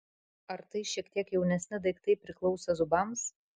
ar tai šiek tiek jaunesni daiktai priklausę zubams